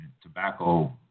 Tobacco